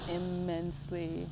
immensely